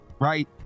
right